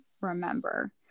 remember